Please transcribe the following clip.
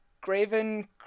graven